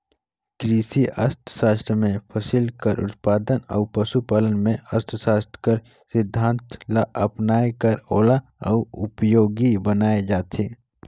किरसी अर्थसास्त्र में फसिल कर उत्पादन अउ पसु पालन में अर्थसास्त्र कर सिद्धांत ल अपनाए कर ओला अउ उपयोगी बनाए जाथे